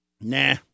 Nah